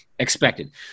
expected